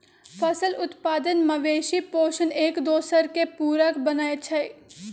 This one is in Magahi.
फसल उत्पादन, मवेशि पोशण, एकदोसर के पुरक बनै छइ